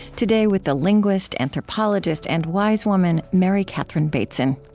today, with the linguist, anthropologist, and wise woman, mary catherine bateson.